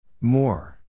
More